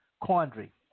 Quandary